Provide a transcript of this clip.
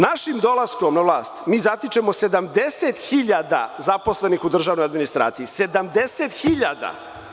Našim dolaskom na vlast mi zatičemo 70 hiljada zaposlenih u državnoj administraciji, 70 hiljada.